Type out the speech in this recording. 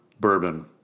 bourbon